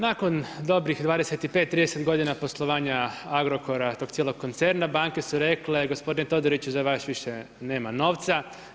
Nakon dobrih 25, 30 g. poslovanja Agrokora i tog cijelog koncerna, banke su rekle, gospodine Todoriću za vas više nema novca.